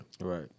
right